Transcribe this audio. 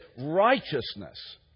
righteousness